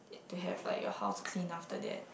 to have like your house clean after that